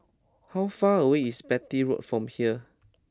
how far away is Beatty Road from here